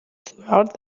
throughout